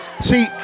See